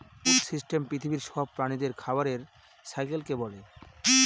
food system পৃথিবীর সব প্রাণীদের খাবারের সাইকেলকে বলে